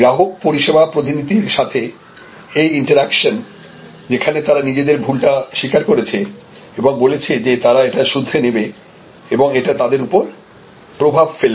গ্রাহক পরিষেবা প্রতিনিধির সাথে এই ইন্তেরাকশন যেখানে তারা নিজেদের ভুলটা স্বীকার করেছে এবং বলেছে যে তারা এটা শুধরে নেবে এবং এটা তাদের উপর প্রভাব ফেলবে